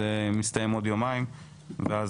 זה מסתיים בעוד יומיים - נגיש.